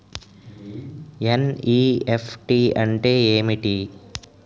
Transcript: NEFT అంటే ఏమిటి?